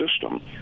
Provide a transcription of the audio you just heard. system